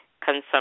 consumption